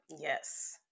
Yes